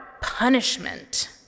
punishment